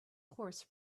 horse